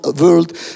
world